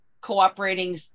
cooperating